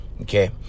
okay